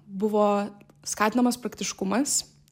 buvo skatinamas praktiškumas